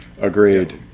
Agreed